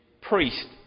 priest